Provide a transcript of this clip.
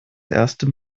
erste